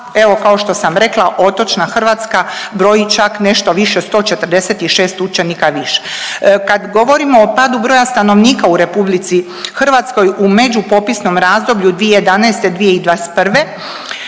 evo kao što sam rekla otočna Hrvatska broji čak nešto više od 146 učenika više. Kad govorimo o padu broja stanovnika u RH u međupopisnom razdoblju 2011.-2021.